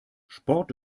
sport